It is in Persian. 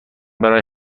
برای